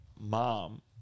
mom